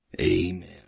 Amen